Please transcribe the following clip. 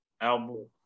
album